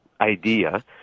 idea